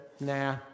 nah